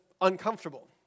uncomfortable